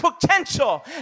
potential